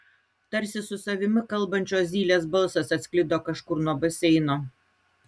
tarsi su savimi kalbančio zylės balsas atsklido kažkur nuo baseino